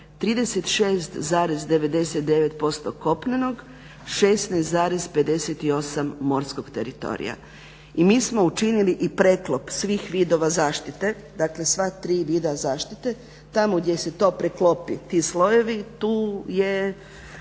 36,99% kopnenog, 16,58 morskog teritorija. Mi smo učinili preklop svih vidova zaštite, dakle sva tri vida zaštite, tamo gdje se to preklopi ti slojevi tu je